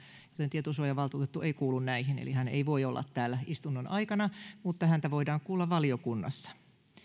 tietosuojavaltuutettu ei kuulu näihin eli hän ei voi olla täällä istunnon aikana mutta häntä voidaan kuulla valiokunnassa